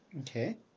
Okay